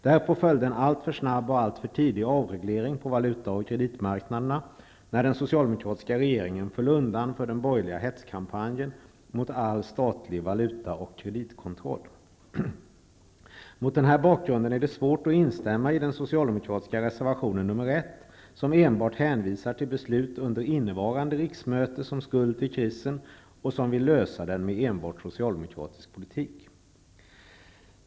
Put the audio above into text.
Därpå följde en alltför snabb och alltför tidig avreglering på valuta och kreditmarknaderna när den socialdemokratiska regeringen föll undan för den borgerliga hetskampanjen mot all statlig valutaoch kreditkontroll. Mot denna bakgrund är det svårt att instämma i reservation 1 från Socialdemokraterna, som enbart hänvisar till beslut under innevarande riksmöte som skuld till krisen och som vill lösa krisen med enbart socialdemokratisk politik.